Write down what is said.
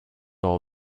all